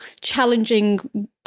challenging